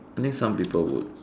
I think some people would